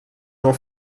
nur